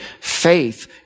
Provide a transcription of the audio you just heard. Faith